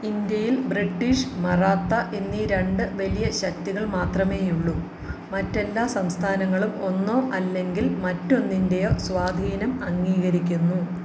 ഇൻഡ്യയിൽ British Maratha എന്നീ രണ്ട് വലിയ ശക്തികൾ മാത്രമേയുള്ളൂ മറ്റെല്ലാ സംസ്ഥാനങ്ങളും ഒന്നോ അല്ലെങ്കിൽ മറ്റൊന്നിൻ്റെയോ സ്വാധീനം അംഗീകരിക്കുന്നു